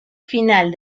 final